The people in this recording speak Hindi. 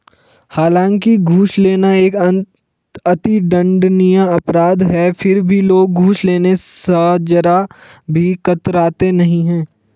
हालांकि घूस लेना एक अति दंडनीय अपराध है फिर भी लोग घूस लेने स जरा भी कतराते नहीं है